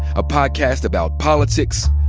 a podcast about politics,